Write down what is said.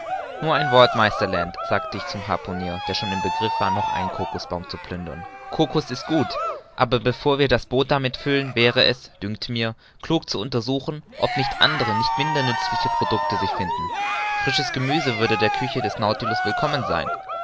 nur ein wort meister land sagte ich zum harpunier der schon im begriff war noch einen cocosbaum zu plündern cocos ist gut aber bevor wir das boot damit füllen wäre es dünkt mir klug zu untersuchen ob nicht andere nicht minder nützliche producte sich finden frisches gemüse würde der küche des nautilus willkommen sein